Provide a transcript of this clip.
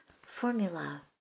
formula